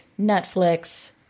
Netflix